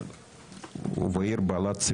על זה לא דיברתם.